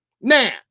Now